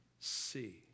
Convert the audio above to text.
See